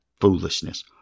foolishness